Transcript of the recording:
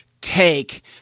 take